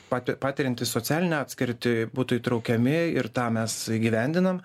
pa patiriantys socialinę atskirtį būtų įtraukiami ir tą mes įgyvendinam